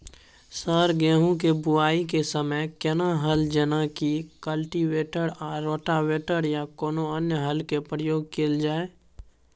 Sir गेहूं के बुआई के समय केना हल जेनाकी कल्टिवेटर आ रोटावेटर या कोनो अन्य हल के प्रयोग कैल जाए?